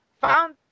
found